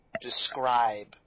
describe